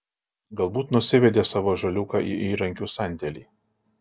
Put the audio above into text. galbūt nusivedė savo žaliūką į įrankių sandėlį